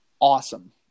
awesome